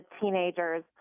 teenagers